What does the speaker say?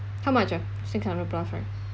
how much ah six hundred plus right